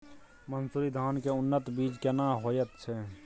मन्सूरी धान के उन्नत बीज केना होयत छै?